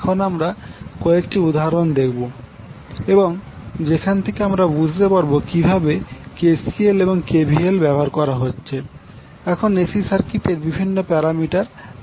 এখন আমরা কয়েকটি উদাহরণ দেখবো এবং যেখান থেকে আমরা বুঝতে পারবো কিভাবে KCL এবং KVL ব্যবহার করা হচ্ছে যখন এসি সার্কিটের বিভিন্ন প্যারামিটার বের করা হবে